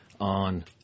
on